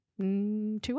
Two